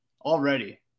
already